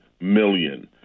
million